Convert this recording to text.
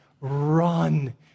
run